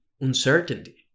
uncertainty